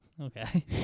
Okay